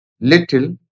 little